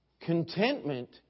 Contentment